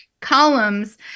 columns